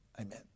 amen